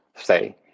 say